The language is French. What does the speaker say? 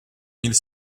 mille